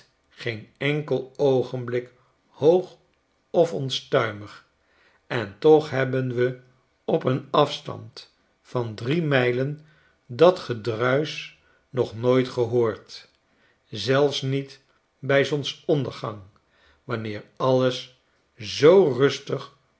geen enkel oogenblik hoog of onstuimig en toch hebben we op een afstand van drie mijlen dat gedruisch nog nooit gehoord zelfs niet bij zonsondergang wanneer alles zoo rustig